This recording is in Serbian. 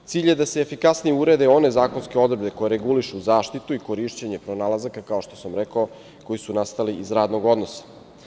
Cilj je da se efikasnije urede one zakonske odredbe koje regulišu zaštitu i korišćenje pronalazaka kao što sam rekao, koji su nastali iz radnog odnosa.